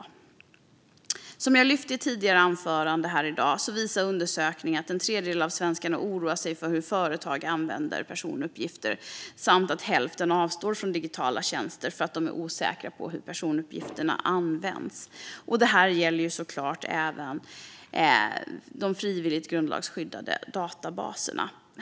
Precis som jag har lyft upp i ett tidigare anförande här i dag visar undersökningar att en tredjedel av svenskarna oroar sig för hur företag använder personuppgifter och att hälften avstår från digitala tjänster för att de är osäkra på hur personuppgifterna används. Det här gäller såklart även de frivilligt grundlagsskyddade databaserna.